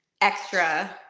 extra